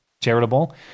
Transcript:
charitable